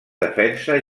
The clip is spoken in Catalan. defensa